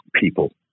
people